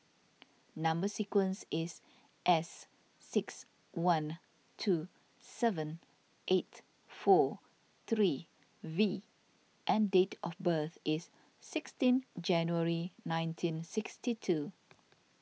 Number Sequence is S six one two seven eight four three V and date of birth is sixteen January nineteen sixty two